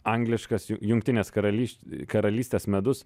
angliškas ju jungtinės karalyš karalystės medus